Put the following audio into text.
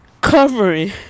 covering